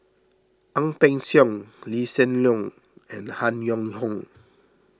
Ang Peng Siong Lee Hsien Loong and Han Yong Hong